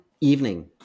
evening